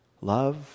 love